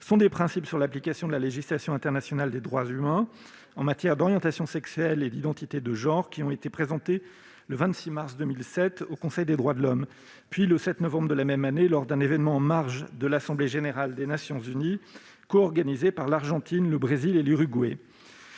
1 A. Ces principes « sur l'application de la législation internationale des droits humains en matière d'orientation sexuelle et d'identité de genre » ont été présentés le 26 mars 2007 au Conseil des droits de l'homme, puis le 7 novembre 2007, lors d'un événement en marge de l'Assemblée générale des Nations unies coorganisé par l'Argentine, le Brésil et l'Uruguay.